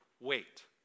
wait